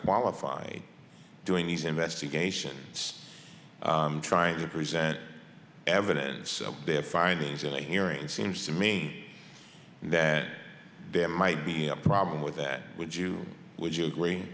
qualified doing these investigations trying to present evidence of their findings only hearing it seems to me that there might be a problem with that would you would you agree